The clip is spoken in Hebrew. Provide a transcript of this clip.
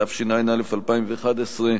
התשע"א 2011,